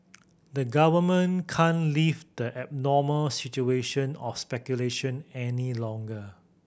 the government can't leave the abnormal situation of speculation any longer